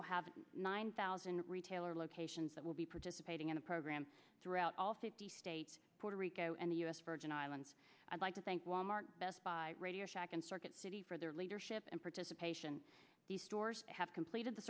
will have nine thousand retailer locations that will be participating in a program throughout all fifty states puerto rico and the u s virgin islands i'd like to thank best buy radio shack and circuit city for their leadership and participation the stores have completed the